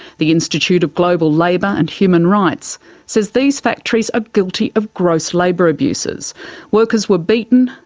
the institute of global labour and human rights says these factories are guilty of gross labour abuses workers were beaten,